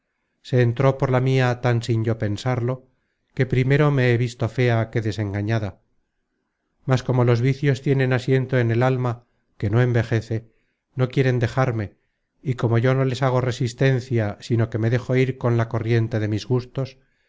se entró por la mia tan sin yo pensarlo que primero me he visto fea que desengañada mas como los vicios tienen asiento en el alma que no envejece no quieren dejarme y como yo no les hago resistencia sino que me dejo ir con la corriente de mis gustos